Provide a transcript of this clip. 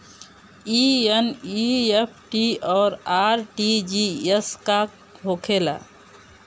ई एन.ई.एफ.टी और आर.टी.जी.एस का होखे ला?